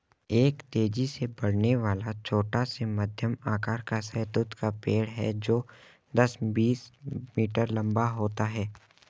एक तेजी से बढ़ने वाला, छोटा से मध्यम आकार का शहतूत का पेड़ है जो दस, बीस मीटर लंबा होता है